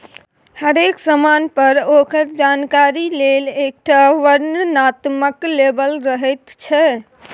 हरेक समान पर ओकर जानकारी लेल एकटा वर्णनात्मक लेबल रहैत छै